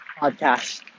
podcast